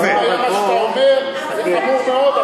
מה שאתה אומר זה חמור מאוד,